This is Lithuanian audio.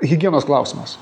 higienos klausimas